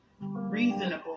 reasonable